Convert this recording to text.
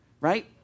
right